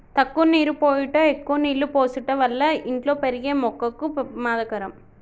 తక్కువ నీరు పోయుట ఎక్కువ నీళ్ళు పోసుట వల్ల ఇంట్లో పెరిగే మొక్కకు పెమాదకరం